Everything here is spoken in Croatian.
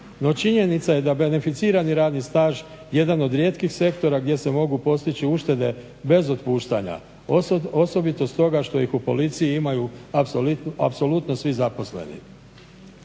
No činjenica je da je beneficirani radni staž jedan od rijetkih sektora gdje se mogu postići uštede bez otpuštanja, osobito stoga što ih u policiji imaju apsolutno svi zaposleni.